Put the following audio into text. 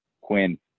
Quinn